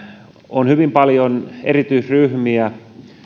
on hyvin paljon erityisryhmiä